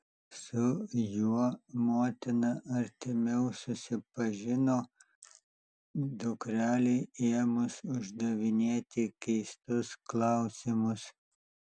su juo motina artimiau susipažino dukrelei ėmus uždavinėti keistus klausimus